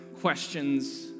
questions